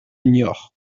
niort